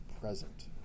present